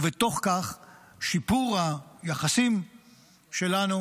ובתוך כך שיפור היחסים שלנו